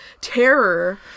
terror